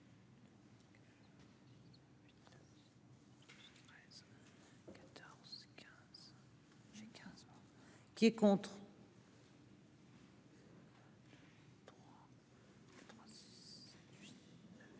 Qui est contre.